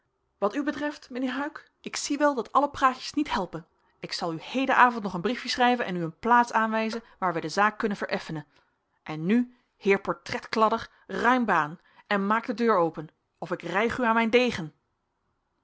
wat u betreft mijnheer huyck ik zie wel dat alle praatjes niet helpen ik zal u hedenavond nog een briefje schrijven en u een plaats aanwijzen waar wij de zaak kunnen vereffenen en nu heer portretkladder ruim baan en maak de deur open of ik rijg u aan mijn degen